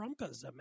Trumpism